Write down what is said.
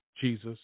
Jesus